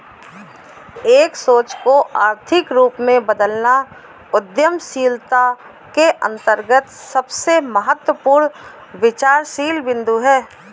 एक सोच को आर्थिक रूप में बदलना उद्यमशीलता के अंतर्गत सबसे महत्वपूर्ण विचारशील बिन्दु हैं